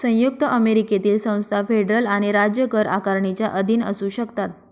संयुक्त अमेरिकेतील संस्था फेडरल आणि राज्य कर आकारणीच्या अधीन असू शकतात